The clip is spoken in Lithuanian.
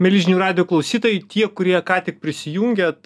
mieli žinių radijo klausytojai tie kurie ką tik prisijungėt